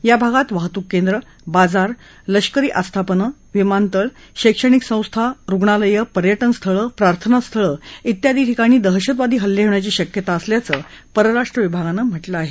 या भागात वाहतूक केंद्र बाजार लष्करी आस्थापनं विमानतळ शैक्षणिक संस्था रुग्णालयं पर्यटन स्थळं प्रार्थना स्थळं ठ्यादी ठिकाणी दहशतवादी हल्ले होण्याची शक्यता असल्याचं परराष्ट्र विभागानं म्हटलं आहे